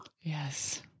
Yes